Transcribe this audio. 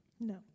No